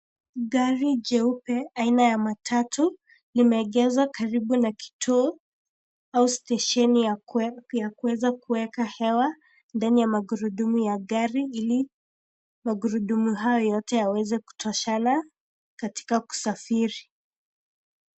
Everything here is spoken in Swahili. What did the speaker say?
Gari jeupe aina ya matatu, limeegeshwa karibu na kituo au stesheni ya kuweza kuweka hewa ndani ya magurudumu ya gari, ili magurudumu hayo yote yaweze kutoshana katika kusafiri.